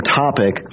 topic